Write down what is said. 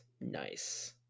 nice